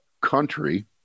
country